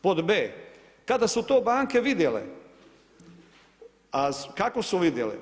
Pod b) kada su to banke vidjele, a kako su vidjele?